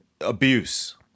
abuse